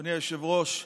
אדוני היושב-ראש,